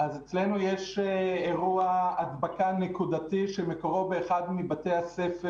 אז אצלנו יש אירוע הדבקה נקודתי שמקורו מאחד מבתי הספר